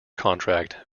contract